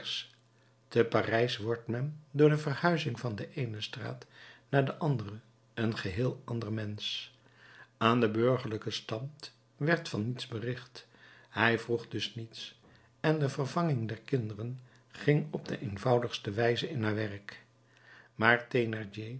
te parijs wordt men door de verhuizing van de eene straat naar de andere een geheel ander mensch aan den burgerlijken stand werd van niets bericht hij vroeg dus niets en de vervanging der kinderen ging op de eenvoudigste wijze in haar werk maar